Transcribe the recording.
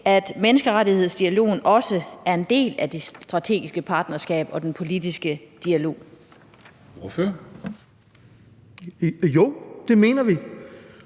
at menneskerettighedsdialogen også er en del af det strategiske partnerskab og den politiske dialog? Kl. 20:21 Formanden (Henrik